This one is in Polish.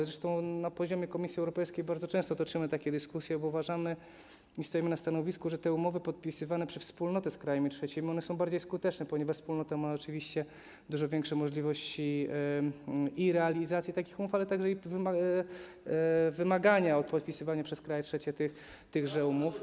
Zresztą na poziomie Komisji Europejskiej bardzo często toczymy takie dyskusje, bo uważamy i stoimy na stanowisku, że te umowy podpisywane przez Wspólnotę z krajami trzecimi są bardziej skuteczne, ponieważ Wspólnota ma oczywiście dużo większe możliwości realizacji takich umów, ale także i wymagania, jeśli chodzi o podpisywanie przez kraje trzecie tychże umów.